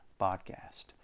podcast